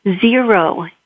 zero